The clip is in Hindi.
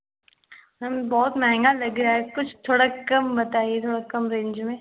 मैम बहुत महँगा लग रहा है कुछ थोड़ा कम बताइए थोड़ा कम रेंज में